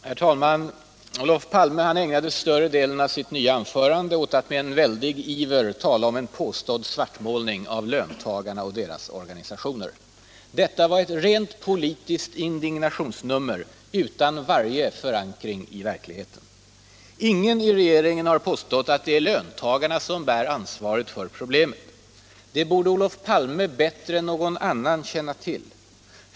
Herr talman! Olof Palme ägnade större delen av sitt senaste anförande åt att med en väldig iver tala om en påstådd svartmålning av löntagarna och deras organisationer. Detta var ett rent politiskt indignationsnummer utan varje förankring i verkligheten. Ingen i regeringen har påstått att det är löntagarna som bär ansvaret för problemen. Det borde Olof Palme bättre än någon annan känna till.